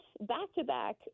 Back-to-back